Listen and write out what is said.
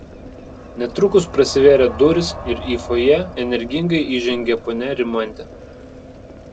netrukus prasivėrė durys ir į fojė energingai įžengė ponia rimantė